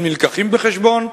הם נלקחים בחשבון.